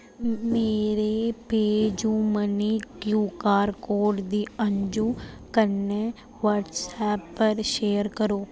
मेरे पेऽयूमनी QR code दी अंजु कन्नै व्हाट्सऐप पर शेयर करो